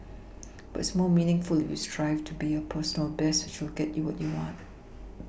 but it's more meaningful if you strive to be your personal best which will get you what you want